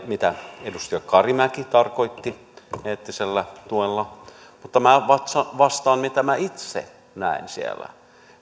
mitä edustaja karimäki tarkoitti eettisellä tuella mutta minä vastaan mitä minä itse näen siellä